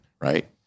Right